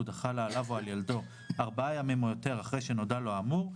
החלה עליו או על ילדו ארבעה ימים או יותר אחרי שנודע לו האמור,